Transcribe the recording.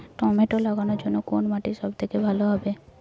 Tomato লাগানোর জন্যে কোন মাটি সব থেকে ভালো হবে?